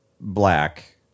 black